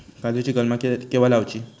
काजुची कलमा केव्हा लावची?